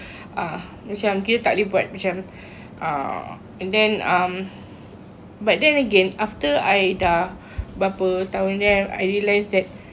ah macam kita tak boleh buat macam uh and then um but then again after I dah berapa tahun yang I realised that